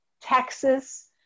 Texas